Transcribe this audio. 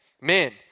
Men